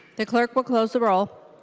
the clerk will close the roll.